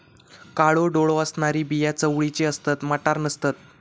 काळो डोळो असणारी बिया चवळीची असतत, मटार नसतत